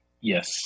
yes